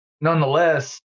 nonetheless